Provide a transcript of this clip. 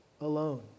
alone